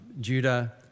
Judah